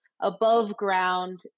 above-ground